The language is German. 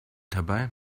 dabei